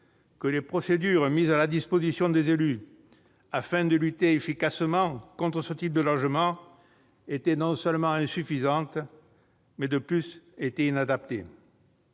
que les procédures mises à la disposition des élus afin de lutter contre ce type de logements étaient non seulement insuffisantes, mais aussi, le plus souvent, inadaptées.